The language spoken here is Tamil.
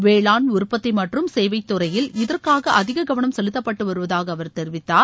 வேளாண் உற்பத்தி மற்றும் சேவைத் துறையில் இதற்காக அதிக கவனம் செலுத்தப்பட்டுவருவதாக அவர் தெரிவித்தார்